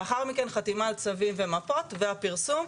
לאחר מכן חתימה על צווים ומפות, והפרסום.